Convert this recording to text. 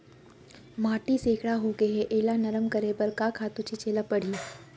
माटी सैकड़ा होगे है एला नरम करे बर का खातू छिंचे ल परहि?